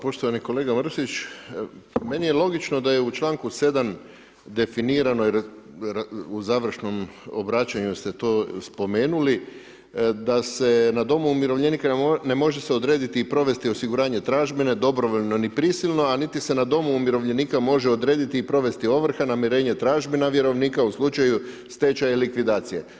Poštovani kolega Mrsić, meni je logično da je u članku 7. definirano, u završnom obraćanju ste to spomenuli, da se na domu umirovljenika ne može odrediti i provesti osiguranje tražbine, dobrovoljno ni prisilno a niti se na domu umirovljenika može odrediti i provesti ovrha, namirenje tražbina vjerovnika u slučaju stečaja i likvidacije.